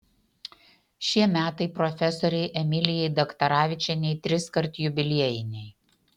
šie metai profesorei emilijai daktaravičienei triskart jubiliejiniai